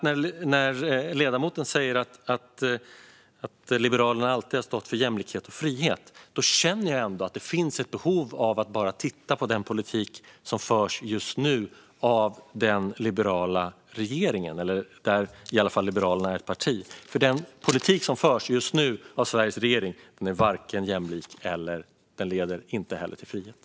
När ledamoten säger att Liberalerna alltid har stått för jämlikhet och frihet känner jag ändå att det finns ett behov av att titta på den politik som just nu förs av den regering som Liberalerna ingår i. Den politiken är nämligen inte jämlik och leder inte heller till frihet.